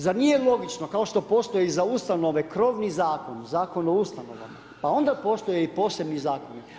Zar nije logično, kao što postoji za ustanove krovni zakon, Zakon o ustanovama, pa onda postoje i posebni zakoni.